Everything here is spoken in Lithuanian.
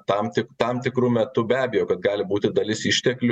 tam tik tam tikru metu be abejo kad gali būti dalis išteklių